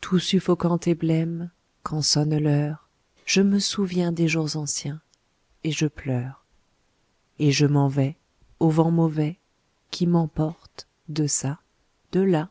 tout suffocant et blême quand sonne l'heure je me souviens des jours anciens et je pleure et je m'en vais au vent mauvais qui m'emporte deçà delà